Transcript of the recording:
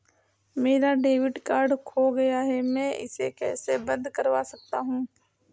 मेरा debit card खो गया है मैं इसे कैसे बंद करवा सकता हूँ?